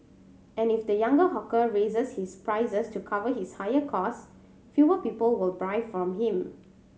and if the younger hawker raises his prices to cover his higher cost fewer people will buy from him